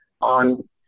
on